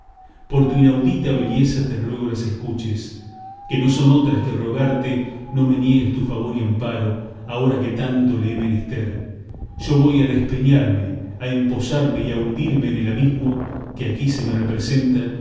por tu inaudita belleza te ruego las escuches que no son otras que rogarte no me niegues tu favor y amparo ahora que tanto le he menester yo voy a despeñarme a empozarme y a hundirme en el abismo que aquí se me representa